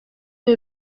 que